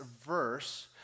verse